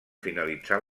finalitzar